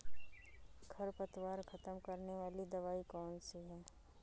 खरपतवार खत्म करने वाली दवाई कौन सी है?